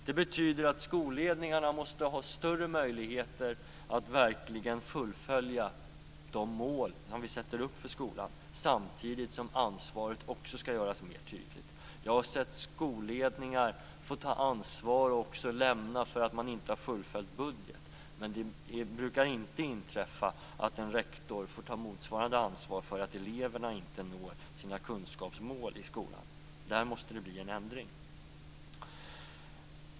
Det betyder att skolledningarna måste ha större möjligheter att verkligen fullfölja de mål som vi sätter upp för skolan, samtidigt som ansvaret också skall göras mer tydligt. Jag har sett skolledningar som har fått ta ansvar - och även lämna skolan - för att man inte har fullföljt budgeten. Men det brukar inte inträffa att en rektor får ta motsvarande ansvar för att eleverna inte når sina kunskapsmål i skolan. Där måste det bli en ändring.